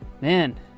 Man